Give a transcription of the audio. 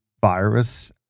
virus